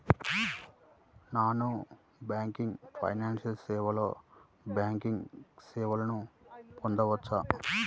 Non banking financial సేవలో banking సేవలను పొందవచ్చా?